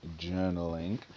journaling